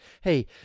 hey